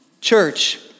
Church